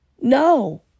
No